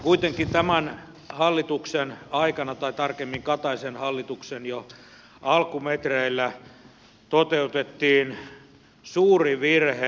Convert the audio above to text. kuitenkin tämän hallituksen aikana tai tarkemmin kataisen hallituksen jo alkumetreillä toteutettiin suuri virhe